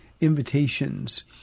invitations